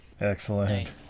Excellent